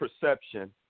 perception